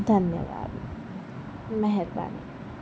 धन्यवाद महिरबानी